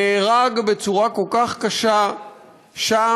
שנהרג בצורה כל כך קשה שם,